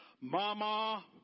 mama